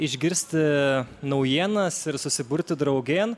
išgirsti naujienas ir susiburti draugėn